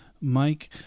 Mike